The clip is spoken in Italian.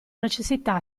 necessità